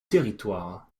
territoire